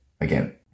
again